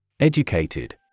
Educated